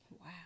Wow